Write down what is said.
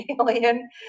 alien